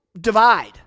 divide